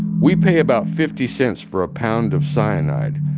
we pay about fifty cents for a pound of cyanide,